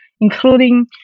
including